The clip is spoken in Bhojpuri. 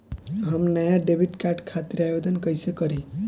हम नया डेबिट कार्ड खातिर आवेदन कईसे करी?